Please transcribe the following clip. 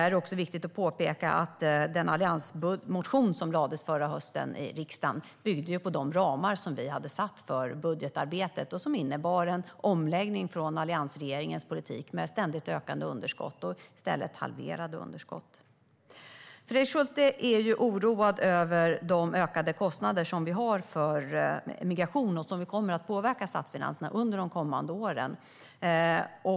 Det är också viktigt att påpeka att den alliansmotion som lades fram i riksdagen förra hösten byggde på de ramar som vi hade satt för budgetarbetet. De innebar en omläggning från alliansregeringens politik, med ständigt ökande underskott. Ramarna innebar i stället halverade underskott. Fredrik Schulte är oroad över de ökade kostnaderna vi har för migration och som kommer att påverka statsfinanserna under de kommande åren.